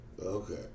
okay